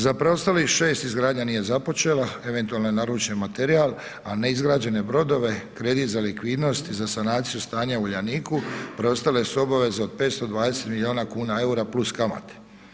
Za preostalih 6 izgradnja nije započela eventualno naručeni materijal, a neizgrađene brodove, kredit za likvidnost i za sanaciju stanja u Uljaniku preostale su obveze od 520 milijuna kuna eura plus kamate.